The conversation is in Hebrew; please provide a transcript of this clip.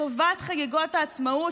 לטובת חגיגות העצמאות,